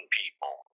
people